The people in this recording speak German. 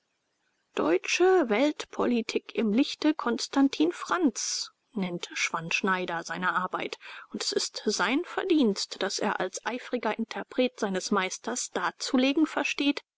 deutsche weltpolitik im lichte constantin frantz's nennt schwann-schneider seine arbeit und es ist sein verdienst daß er als eifriger interpret seines meisters darzulegen versteht